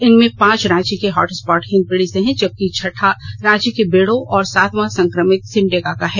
इनमें पांच रांची के हॉटस्पॉट हिंदपीढ़ी से हैं जबकि छठा रांची के बेड़ो और सातवां संक्रमित सिमडेगा का है